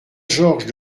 georges